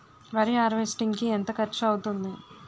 వరి హార్వెస్టింగ్ కి ఎంత ఖర్చు అవుతుంది?